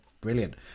Brilliant